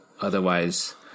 Otherwise